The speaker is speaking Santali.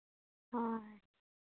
ᱦᱳᱭ